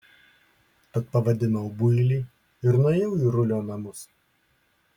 tad pavadinau builį ir nuėjau į rulio namus